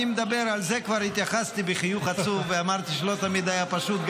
לזה כבר התייחסתי בחיוך עצוב ואמרתי שלא תמיד היה פשוט,